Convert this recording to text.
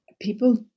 people